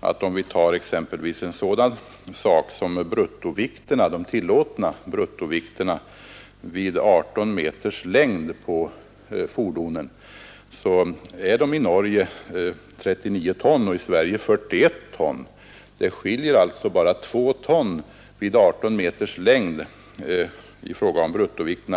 att t.ex. de tillåtna bruttovikterna vid en fordonslängd av 18 m i Norge är 39 ton och i Sverige 41 ton. Det skiljer alltså i fråga om bruttovikterna bara 2 ton vid 18 m längd.